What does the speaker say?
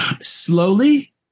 slowly